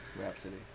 Rhapsody